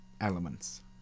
elements